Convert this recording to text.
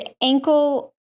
ankle